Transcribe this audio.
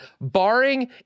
barring